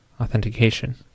authentication